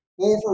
over